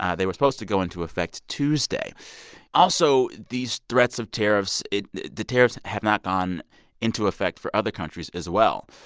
ah they were supposed to go into effect tuesday also, these threats of tariffs the tariffs have not gone into effect for other countries, as well.